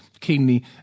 keenly